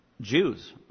Jews